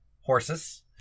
horses